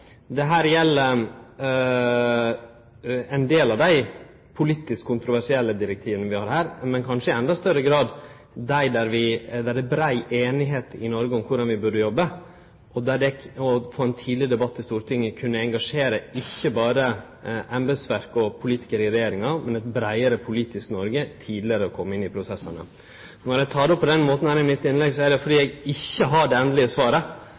gjeld ein del av dei politisk kontroversielle direktiva vi har her, men kanskje i endå større grad dei direktiva der det er brei einigheit i Noreg om korleis vi burde jobbe, og der det å få ein tidleg debatt i Stortinget kunne engasjere ikkje berre embetsverket og politikarar i regjeringa, men eit breiare politisk Noreg til tidlegare å kome inn i prosessane. Når eg tek det opp på denne måten i innlegget mitt, er det fordi eg ikkje har det endelege svaret,